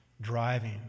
driving